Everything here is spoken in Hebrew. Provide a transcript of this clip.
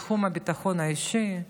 בתחום הביטחון האישי.